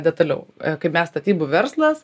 detaliau kaip mes statybų verslas